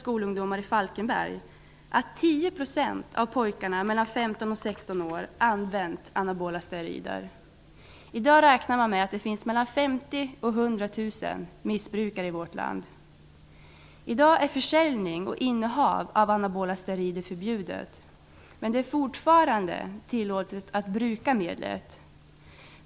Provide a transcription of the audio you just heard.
skolungdomar i Falkenberg att 10 % av pojkarna mellan 15 och 16 år använt anabola steroider. Man räknar med att det nu finns mellan 50 000 och 100 000 missbrukare i vårt land. I dag är det förbjudet att försälja och inneha anabola steroider. Men det är fortfarande tillåtet att bruka medlet.